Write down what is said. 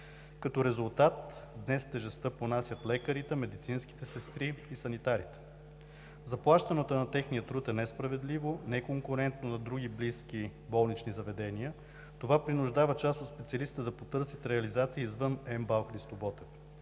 Като резултат днес тежестта понасят лекарите, медицинските сестри и санитарите. Заплащането на техния труд е несправедливо, неконкурентно на други близки болнични заведения. Това принуждава част от специалистите да потърсят реализация извън МБАЛ „Христо Ботев“.